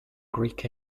greek